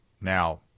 now